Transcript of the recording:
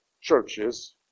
churches